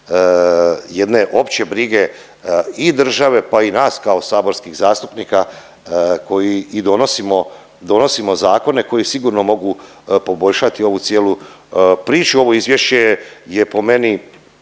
jedne opće brige i države pa i nas kao saborskih zastupnika koji i donosimo, donosimo zakone koji sigurno mogu poboljšati ovu cijelu priču. Ovo izvješće je po meni,